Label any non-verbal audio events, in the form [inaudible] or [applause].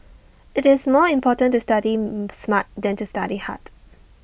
IT is more important to study [hesitation] smart than to study hard